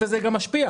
וזה גם משפיע.